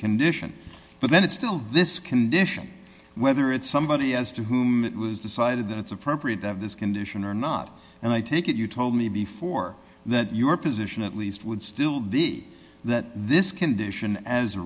condition but then it's still this condition whether it's somebody as to whom it was decided that it's appropriate to have this condition or not and i take it you told me before that your position at least would still be that this condition as